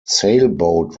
sailboat